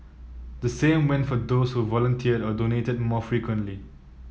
the same went for those who volunteered or donated more frequently